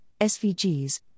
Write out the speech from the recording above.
SVGs